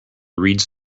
reads